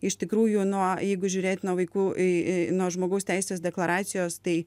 iš tikrųjų nuo jeigu žiūrėt nuo vaikų i i nuo žmogaus teisės deklaracijos tai